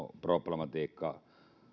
problematiikkaa